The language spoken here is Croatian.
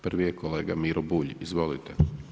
Prvi je kolega Miro Bulj, izvolite.